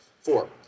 Four